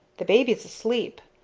the baby's asleep.